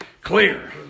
Clear